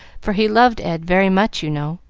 for he loved ed very much, you know.